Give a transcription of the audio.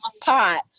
pot